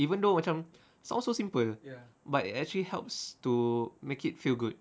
even though macam it sounds so simple but it actually helps to make it feel good